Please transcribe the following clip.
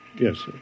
Yes